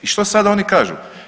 I što sad oni kažu?